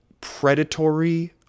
predatory